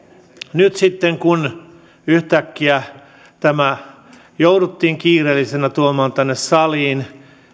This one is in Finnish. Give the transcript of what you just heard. nyt sitten kun yhtäkkiä tämä jouduttiin kiireellisenä tuomaan tänne saliin